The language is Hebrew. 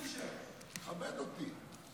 תישאר, כבד אותי.